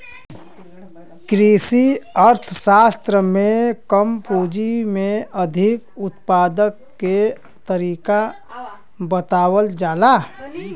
कृषि अर्थशास्त्र में कम पूंजी में अधिक उत्पादन के तरीका बतावल जाला